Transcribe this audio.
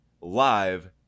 live